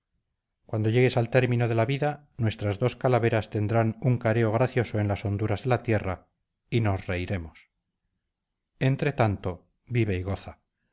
cuando llegues al término de la vida nuestras dos calaveras tendrán un careo gracioso en las honduras de la tierra y nos reiremos entre tanto vive y goza